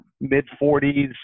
mid-40s